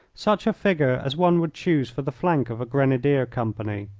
such a figure as one would choose for the flank of a grenadier company.